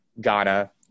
Ghana